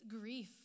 grief